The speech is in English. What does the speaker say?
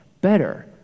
better